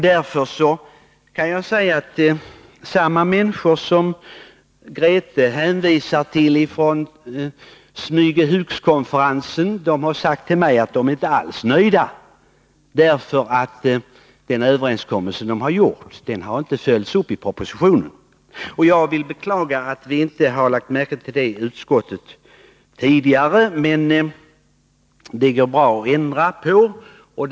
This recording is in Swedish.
Grethe Lundblad hänvisar till deltagare vid Smygehukskonferensen. Samma deltagare har vänt sig till mig och sagt att de inte alls är nöjda, därför att den överenskommelse som har träffats inte har följts i propositionen. Jag beklagar att vi inte har lagt märke till detta förhållande i utskottet tidigare, men det går bra att ändra på det.